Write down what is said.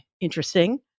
interesting